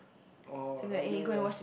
oh like doing your